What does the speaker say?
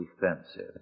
defensive